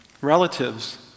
relatives